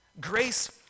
Grace